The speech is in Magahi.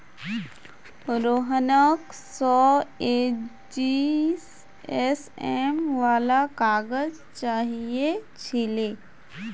रोहनक सौ जीएसएम वाला काग़ज़ चाहिए छिले